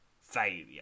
Failure